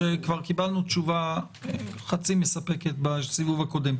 שכבר קיבלנו תשובה חצי מספקת בסיבוב הקודם.